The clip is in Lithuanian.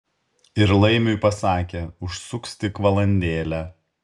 ir laimiui pasakė užsuks tik valandėlę